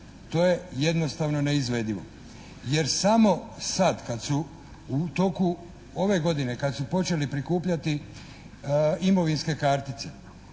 To je jednostavno neizvedivo. Jer samo sad kad su u toku ove godine kad su počeli prikupljati imovinske kartice